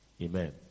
Amen